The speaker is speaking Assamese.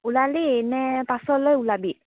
উলিয়ালি নে পাছলৈ উলিয়াবি